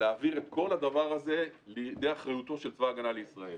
להעביר את כל הדבר הזה לאחריותו של צבא ההגנה לישראל.